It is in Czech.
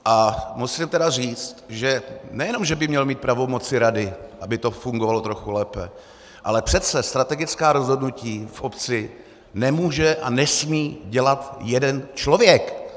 A musím říct, že nejenom že by měl mít pravomoci rady, aby to fungovalo trochu lépe, ale přece strategická rozhodnutí v obci nemůže a nesmí dělat jeden člověk.